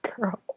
girl